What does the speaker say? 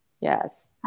yes